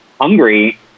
hungry